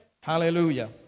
Hallelujah